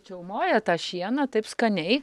čiaumoja tą šieną taip skaniai